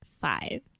Five